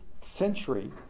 century